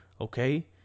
Okay